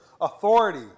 authority